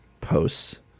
posts